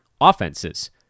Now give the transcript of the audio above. offenses